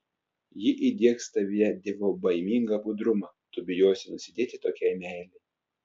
ji įdiegs tavyje dievobaimingą budrumą tu bijosi nusidėti tokiai meilei